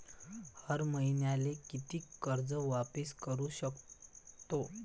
हर मईन्याले कितीक कर्ज वापिस करू सकतो?